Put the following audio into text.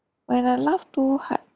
when I laughed too hard